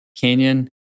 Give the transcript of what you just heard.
Canyon